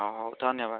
ହଁ ହଉ ଧନ୍ୟବାଦ